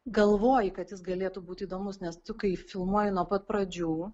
galvoji kad jis galėtų būti įdomus nes tu kai filmuoji nuo pat pradžių